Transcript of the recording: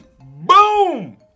Boom